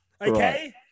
okay